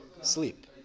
sleep